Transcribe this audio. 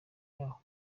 yaho